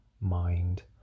mind